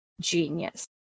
genius